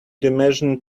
dimension